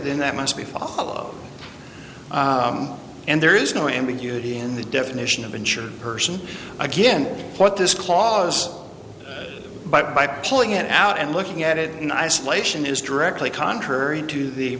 then that must be followed and there is no ambiguity in the definition of insured person again what this clause but by pulling it out and looking at it in isolation is directly contrary to the